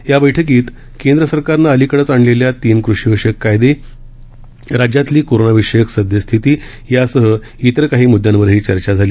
या बैठकीत केंद्र सरकारनं अलिकडेच आणलेल्या तीन कृषीविषयक कायदे राज्यातली कोरोनाविषयक सदस्यस्थिती यासह इतर काही म्द्यांवरही चर्चा झाली